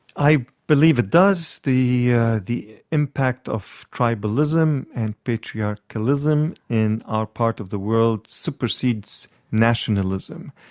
i believe it does. the ah the impact of tribalism and patriarchalism in our part of the world supersedes nationalism.